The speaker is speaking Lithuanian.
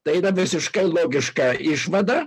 tai yra visiškai logiška išvada